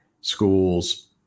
schools